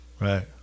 right